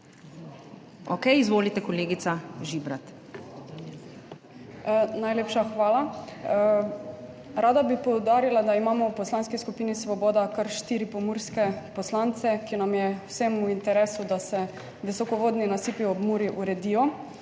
(PS Svoboda): Najlepša hvala. Rada bi poudarila, da imamo v Poslanski skupini Svoboda kar štiri pomurske poslance, ki nam je vsem v interesu, da se visokovodni nasipi ob Muri uredijo,